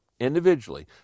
individually